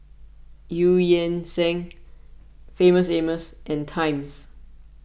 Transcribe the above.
Eu Yan Sang Famous Amos and Times